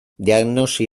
diagnosi